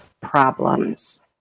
problems